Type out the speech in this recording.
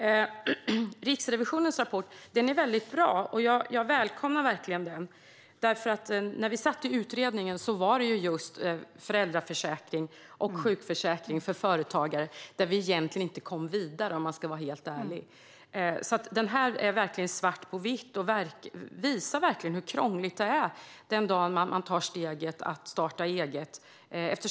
Riksrevisionens rapport är väldigt bra, och jag välkomnar den verkligen. När vi satt i utredningen var det om man ska vara helt ärlig just i frågorna om föräldraförsäkring och sjukförsäkring för företagare som vi egentligen inte kom vidare. Den här rapporten visar verkligen svart på vitt hur krångligt det är den dag man tar steget att starta eget.